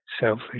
selfish